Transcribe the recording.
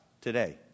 today